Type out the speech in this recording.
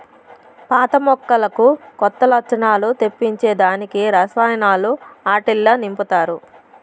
పాత మొక్కలకు కొత్త లచ్చణాలు తెప్పించే దానికి రసాయనాలు ఆట్టిల్ల నింపతారు